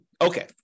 Okay